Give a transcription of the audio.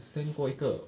send 过一个